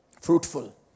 fruitful